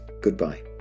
Goodbye